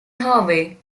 harvey